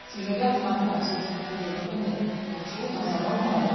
si je garde ma femme se dit-il je me connais un jour dans un moment où elle